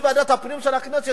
מוועדת הפנים של הכנסת,